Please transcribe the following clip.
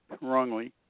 wrongly